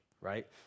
right